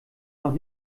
noch